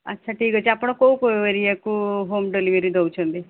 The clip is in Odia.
ଆଚ୍ଛା ଠିକ୍ ଅଛି ଆପଣ କେଉଁ କେଉଁ ଏରିଆକୁ ହୋମ୍ ଡେଲିଭରି ଦେଉଛନ୍ତି